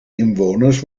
inwoners